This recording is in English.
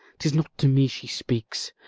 tis not to me she speaks